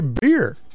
beer